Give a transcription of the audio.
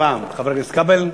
תודה רבה לחבר הכנסת כבל,